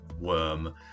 worm